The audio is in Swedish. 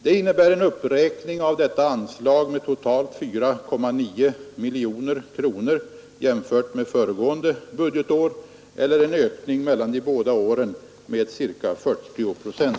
Det innebär en uppräkning av detta anslag med totalt 4,9 miljoner kronor jämfört med föregående budgetår eller en ökning mellan de båda åren med ca 40 procent.